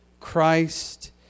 Christ